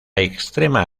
extrema